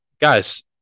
guys